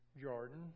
Jordan